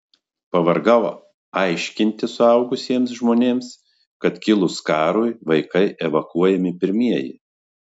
pavargau aiškinti suaugusiems žmonėms kad kilus karui vaikai evakuojami pirmieji